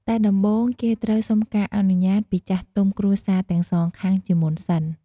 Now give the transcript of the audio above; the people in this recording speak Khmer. តែដំបូងគេត្រូវសុំការអនុញាត់ពីចាស់ទុំគ្រួសារទាំងសងខាងជាមុនសិន។